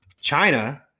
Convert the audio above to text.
China